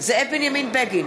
זאב בנימין בגין,